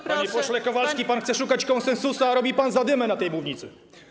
Panie pośle Kowalski, pan chce szukać konsensusu, a robi pan zadymę na tej mównicy.